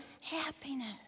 happiness